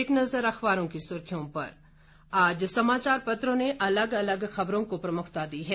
एक नज़र अखबारों की सुर्खियों पर आज समाचार पत्रों ने अलग अलग खबरों को प्रमुखता दी है